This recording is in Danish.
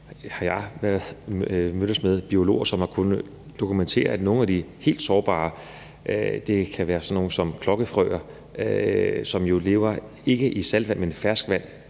Jeg har mødtes med biologer, som har kunnet dokumentere, at nogle af de helt sårbare – sådan noget som klokkefrøer, som jo ikke lever i saltvand, men i ferskvand